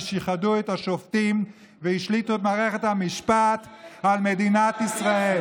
ששיחדו את השופטים והשליטו את מערכת המשפט על מדינת ישראל.